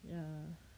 ya